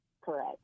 Correct